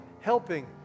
helping